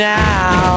now